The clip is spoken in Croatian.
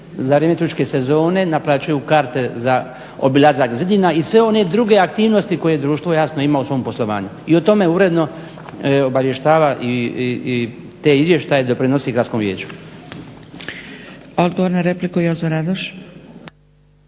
turističke sezone naplaćuju karte za obilazak zidina i sve one druge aktivnosti koje društvo jasno ima u svom poslovanju. I o tome uredno obavještava i te izvještaje doprinosi Gradskom vijeću. **Zgrebec, Dragica